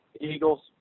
Eagles